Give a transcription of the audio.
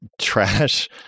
trash